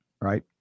right